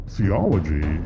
Theology